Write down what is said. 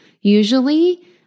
usually